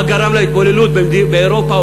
מה גרם להתבוללות באירופה,